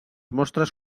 mostres